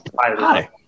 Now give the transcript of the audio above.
Hi